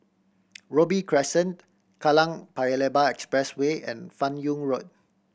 Robey Crescent Kallang Paya Lebar Expressway and Fan Yoong Road